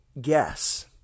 guess